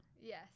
yes